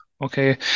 Okay